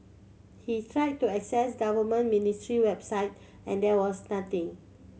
he tried to access government ministry website and there was nothing